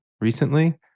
recently